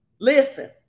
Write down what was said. Listen